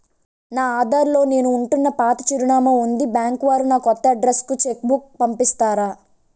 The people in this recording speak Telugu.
నా ఆధార్ లో నేను ఉంటున్న పాత చిరునామా వుంది బ్యాంకు వారు నా కొత్త అడ్రెస్ కు చెక్ బుక్ పంపిస్తారా?